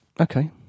Okay